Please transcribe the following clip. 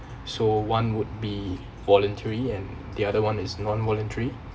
so one would be voluntary and the other one is non voluntary